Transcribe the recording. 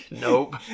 nope